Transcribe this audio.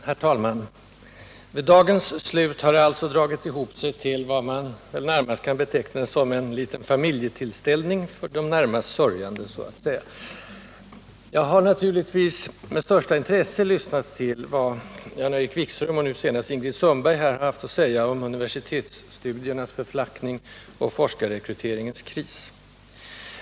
Herr talman! Vid dagens slut har det alltså dragit ihop sig till vad som väl närmast kan betecknas som en liten familjetillställning, för de närmast sörjande, så att säga. Jag har naturligtvis med största intresse lyssnat till vad Jan-Erik Wikström och nu senast Ingrid Sundberg här haft att säga om universitetsstudiernas förflackning och forskarrekryteringens kris.